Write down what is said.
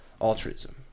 Altruism